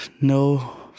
No